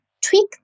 tweak